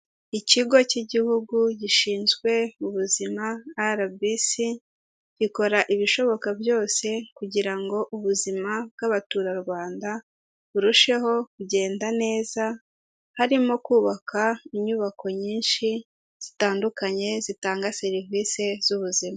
Ikigo k'igihugu gishinzwe ubuzima RBC, gikora ibishoboka byose kugira ngo ubuzima bw'abaturarwanda, burusheho kugenda neza, harimo kubaka inyubako nyinshi zitandukanye zitanga serivisi z'ubuzima.